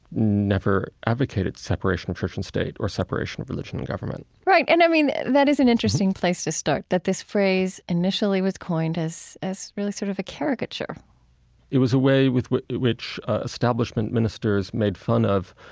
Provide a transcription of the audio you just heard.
never advocated the separation of church and state or separation of religion and government right. and i mean, that is an interesting place to start. that this phrase initially was coined as as really sort of a caricature it was a way with with which establishment ministers made fun of,